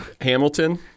Hamilton